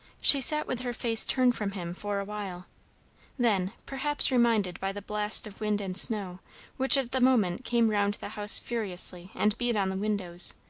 she sat with her face turned from him for a while then, perhaps reminded by the blast of wind and snow which at the moment came round the house furiously and beat on the windows,